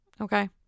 Okay